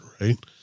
Right